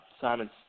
Simon